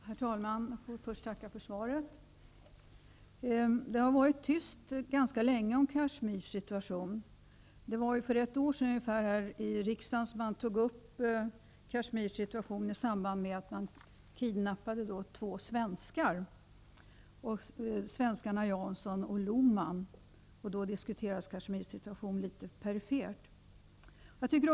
Herr talman! Först tackar jag för svaret. Det har varit tyst ganska länge om Kashmirs situation. Det är ungefär ett år sedan frågan om Kashmirs situation togs upp här i riksdagen. Det var i samband med kidnappningen av de två svenskarna Jansson och Loman. Då diskuterades Kashmirs situation litet mera perifert.